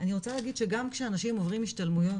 אני רוצה להגיד כשגם שאנשים עוברים השתלמויות,